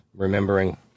Remembering